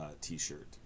T-shirt